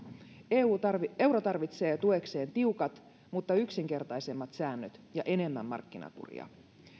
euro tarvitsee tuekseen tiukat mutta yksinkertaisemmat säännöt ja enemmän markkinakuria